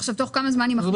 תוך כמה זמן?